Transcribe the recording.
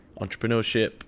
entrepreneurship